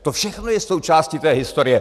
To všechno je součástí té historie.